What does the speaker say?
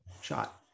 shot